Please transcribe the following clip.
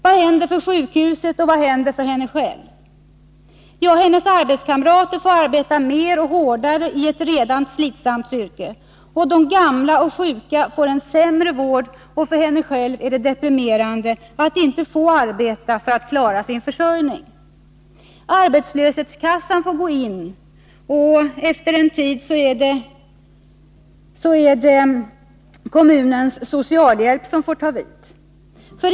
Vad händer för sjukhusen och för henne själv? Hennes arbetskamrater får arbeta mer och hårdare i ett redan slitsamt yrke. De gamla och sjuka får en sämre vård, och för henne själv är det deprimerande att inte få arbeta för att klara sin försörjning. Arbetslöshetskassan får gå in, och efter en tid är det kommunens socialhjälp som får ta vid.